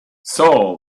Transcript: saul